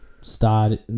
start